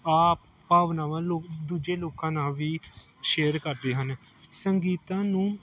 ਆਪ ਭਾਵਨਾਵਾਂ ਨੂੰ ਲੋਕ ਦੂਜੇ ਲੋਕਾਂ ਨਾਲ ਵੀ ਸ਼ੇਅਰ ਕਰਦੇ ਹਨ ਸੰਗੀਤ ਨੂੰ